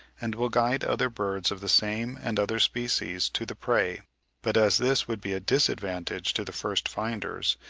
and will guide other birds of the same and other species, to the prey but as this would be a disadvantage to the first finders,